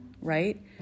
Right